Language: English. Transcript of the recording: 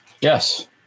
yes